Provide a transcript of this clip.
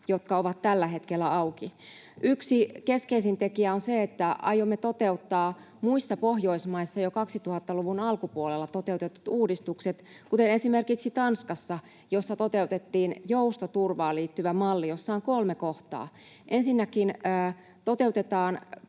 jotka ovat tällä hetkellä auki. Yksi keskeisin tekijä on se, että aiomme toteuttaa muissa Pohjoismaissa jo 2000-luvun alkupuolella toteutetut uudistukset, kuten esimerkiksi Tanskassa, missä toteutettiin joustoturvaan liittyvä malli, jossa on kolme kohtaa. Ensinnäkin toteutetaan